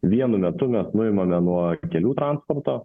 vienu metu mes nuimame nuo kelių transporto